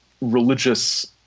religious